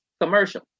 commercial